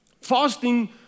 fasting